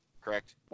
correct